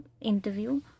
interview